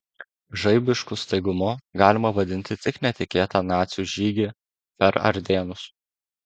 žaibišku staigumu galima vadinti tik netikėtą nacių žygį per ardėnus